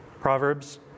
Proverbs